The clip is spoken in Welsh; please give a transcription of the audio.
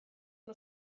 nhw